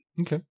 Okay